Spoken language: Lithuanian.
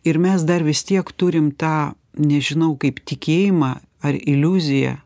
ir mes dar vis tiek turim tą nežinau kaip tikėjimą ar iliuziją